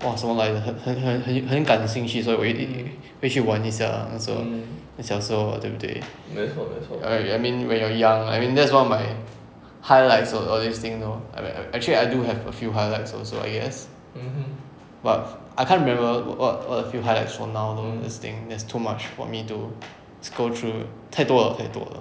!wah! 什么来的很很很很感兴趣然后我一定回去玩一下 ah 那时候小时候对不对 right I mean when you are young I mean there is one of my highlights of this thing though I mean I mean actually I do have a few highlights also I guess but I can't remember what what are the few highlights for now though there's this thing there's too much for me to go through 太多了太多了